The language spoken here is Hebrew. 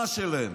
שלהם.